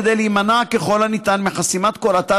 כדי להימנע ככל הניתן מחסימת כל האתר,